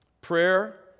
prayer